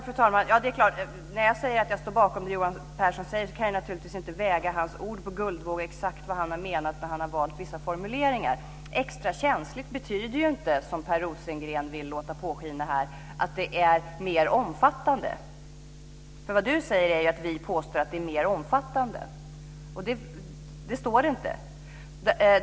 Fru talman! När jag säger att jag står bakom det som Johan Pehrson säger kan jag naturligtvis inte väga hans ord på guldvåg och veta exakt vad han har menat när han har valt vissa formuleringar. Extra känsligt betyder ju inte, som Per Rosengren vill låta påskina här, att det är mer omfattande. Vad Per Rosengren säger är ju att vi påstår att det är mer omfattande. Och så står det inte.